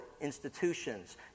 institutions